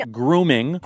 grooming